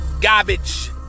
garbage